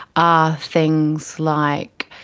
are things like